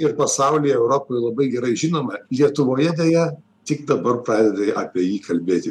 ir pasauly ir europoj labai gerai žinoma lietuvoje deja tik dabar pradeda apie jį kalbėti